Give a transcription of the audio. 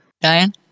Diane